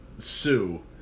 Sue